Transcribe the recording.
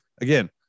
again